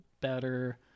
better